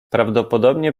prawdopodobnie